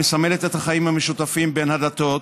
המסמלת את החיים המשותפים בין הדתות,